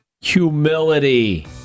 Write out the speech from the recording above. Humility